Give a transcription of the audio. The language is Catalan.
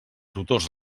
tutors